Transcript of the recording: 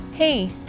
Hey